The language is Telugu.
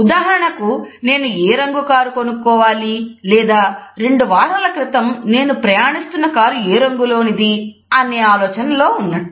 ఉదాహరణకు నేను ఏ రంగు కారు కొనుక్కోవాలి లేదా రెండు వారాల క్రితం నేను ప్రయాణిస్తున్న కారు ఏ రంగు లోనిది అనే ఆలోచనలో ఉన్నట్టు